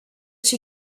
she